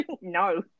No